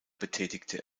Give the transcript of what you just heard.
betätigte